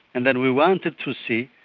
and then we wanted to see,